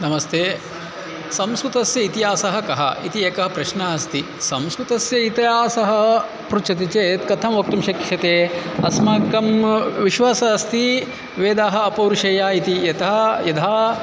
नमस्ते संस्कृतस्य इतिहासः कः इति एकः प्रश्नः अस्ति संस्कृतस्य इतिहासः पृच्छति चेत् कथं वक्तुं शक्यते अस्माकं विश्वासः अस्ति वेदाः अपौरुषेय इति यथा यदा